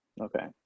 okay